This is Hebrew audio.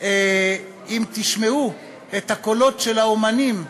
אם תשמעו את הקולות של האמנים,